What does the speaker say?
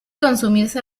consumirse